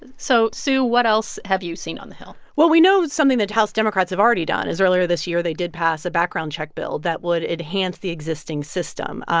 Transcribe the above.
so, sue, what else have you seen on the hill? well, we know something that house democrats have already done is earlier this year, they did pass a background check bill that would enhance the existing system.